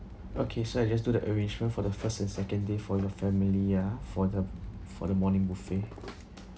okay so I just do the arrangement for the first and second day for your family ah for the for the morning buffet